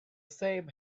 same